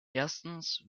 erstens